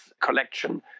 collection